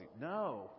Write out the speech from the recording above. no